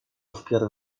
wpierw